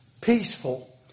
peaceful